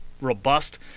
robust